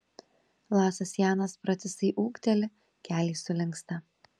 lasas janas pratisai ūkteli keliai sulinksta